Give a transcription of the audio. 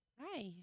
Hi